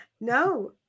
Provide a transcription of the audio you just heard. No